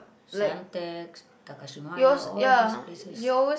Suntec Takashimaya all these places